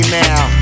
now